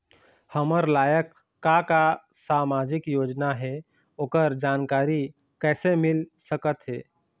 हमर लायक का का सामाजिक योजना हे, ओकर जानकारी कइसे मील सकत हे?